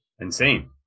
insane